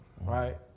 right